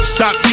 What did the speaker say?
Stop